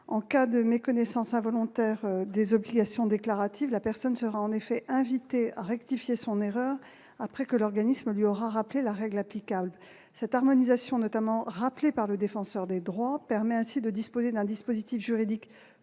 En cas de méconnaissance involontaire des obligations déclaratives, la personne sera en effet invitée à rectifier son erreur après que l'organisme lui aura rappelé la règle applicable. Cette harmonisation, rappelée notamment par le défenseur des droits, permet ainsi de disposer d'un dispositif juridique